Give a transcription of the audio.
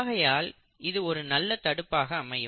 ஆகையால் இது ஒரு நல்ல தடுப்பாக அமையும்